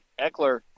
Eckler